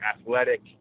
athletic